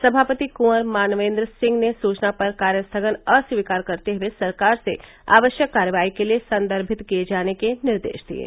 सभापति कुंवर मानवेन्द्र सिंह ने सुचना पर कार्यस्थगन अस्वीकार करते हुए सरकार से आवश्यक कार्यवाही के लिए संदर्भित किये जाने के निर्देश दिये